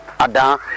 ada